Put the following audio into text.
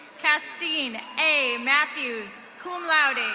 castine a matthews, cum laude.